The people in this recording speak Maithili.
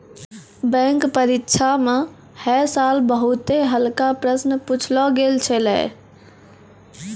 बैंक परीक्षा म है साल बहुते हल्का प्रश्न पुछलो गेल छलै